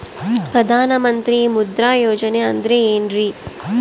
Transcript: ಪ್ರಧಾನ ಮಂತ್ರಿ ಮುದ್ರಾ ಯೋಜನೆ ಅಂದ್ರೆ ಏನ್ರಿ?